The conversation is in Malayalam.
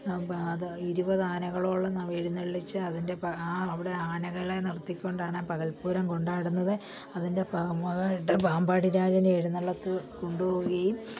അത് ഇരുപത് ആനകളോളം എഴുന്നള്ളിച്ച് അതിൻ്റെ ആ അവിടെ ആനകളെ നിർത്തിക്കൊണ്ടാണ് പകൽപ്പൂരം കൊണ്ടാടുന്നത് അതിൻ്റെ പാമ്പാടി രാജൻ്റെ എഴുന്നള്ളത്ത് കൊണ്ടുപോവുകയും